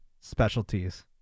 Specialties